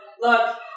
Look